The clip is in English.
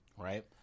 Right